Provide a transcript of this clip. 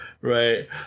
right